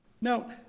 No